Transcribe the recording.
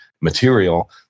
material